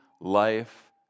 life